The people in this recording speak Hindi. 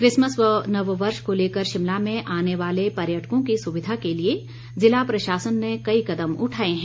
क्रिसमस व नववर्ष को लेकर शिमला में आने वाले पर्यटकों की सुविधा के लिए जिला प्रशासन ने कई कदम उठाए हैं